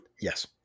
Yes